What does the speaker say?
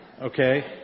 Okay